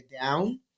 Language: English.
down